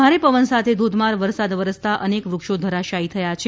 ભારે પવન સાથે ધોધમાર વરસાદ વરસતા અનેક વૃક્ષો ધરાશાયી થયા છે